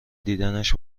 دیدنش